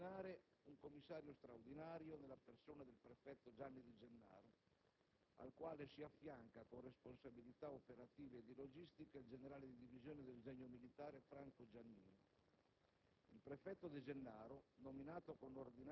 A tal fine si è deciso di nominare un commissario straordinario nella persona del prefetto Gianni De Gennaro, al quale si affianca con responsabilità operative e di logistica il generale di divisione del Genio militare Franco Giannini.